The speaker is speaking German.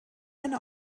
eine